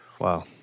Wow